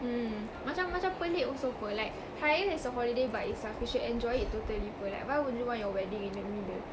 mm macam macam pelik also [pe] like hari raya is a holiday by itself you should enjoy it totally [pe] like why would you want your wedding in the middle